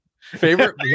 favorite